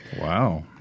Wow